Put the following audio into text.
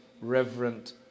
reverent